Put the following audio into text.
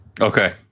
Okay